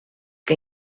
que